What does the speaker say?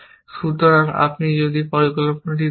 সুতরাং আপনি যদি এই পরিকল্পনাটি দেখেন